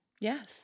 yes